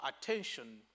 attention